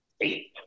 Eight